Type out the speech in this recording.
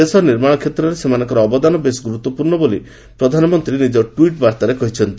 ଦେଶ ନିର୍ମାଣ କ୍ଷେତ୍ରରେ ସେମାନଙ୍କର ଅବଦାନ ବେଶ୍ ଗୁରୁତ୍ୱପୂର୍ଷ୍ଣ ବୋଲି ପ୍ରଧାନମନ୍ତ୍ରୀ ନିଜ ଟ୍ୱିଟ୍ ବାର୍ତ୍ତାରେ କହିଛନ୍ତି